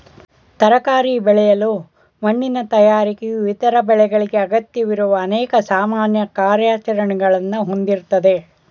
ತರಕಾರಿ ಬೆಳೆಯಲು ಮಣ್ಣಿನ ತಯಾರಿಕೆಯು ಇತರ ಬೆಳೆಗಳಿಗೆ ಅಗತ್ಯವಿರುವ ಅನೇಕ ಸಾಮಾನ್ಯ ಕಾರ್ಯಾಚರಣೆಗಳನ್ನ ಹೊಂದಿರ್ತದೆ